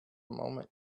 moment